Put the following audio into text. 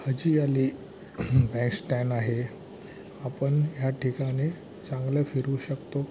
हाजी Ali Bandstand आहे आपण या ठिकाणी चांगलं फिरू शकतो